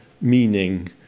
meaning